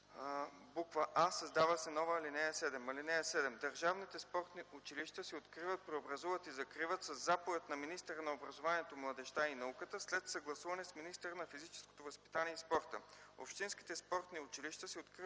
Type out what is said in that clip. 10: а) създава се нова ал. 7: „(7) Държавните спортни училища се откриват, преобразуват и закриват със заповед на министъра на образованието, младежта и науката след съгласуване с министъра на физическото възпитание и спорта. Общинските спортни училища се откриват,